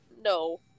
no